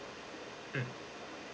mm